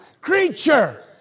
creature